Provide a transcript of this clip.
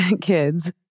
kids